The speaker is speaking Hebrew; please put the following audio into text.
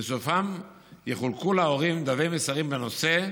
ובסופן יחולקו להורים דפי מסרים בנושא.